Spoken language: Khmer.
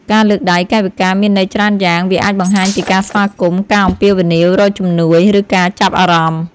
ការលើកដៃ កាយវិការមានន័យច្រើនយ៉ាង វាអាចបង្ហាញពីការស្វាគមន៍ ការអំពាវនាវរកជំនួយ ឬការចាប់អារម្មណ៍។